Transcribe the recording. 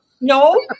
No